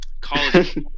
college